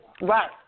Right